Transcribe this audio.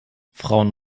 frauen